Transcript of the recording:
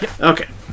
Okay